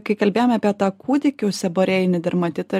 kai kalbėjom apie tą kūdikių seborėjinį dermatitą